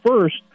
First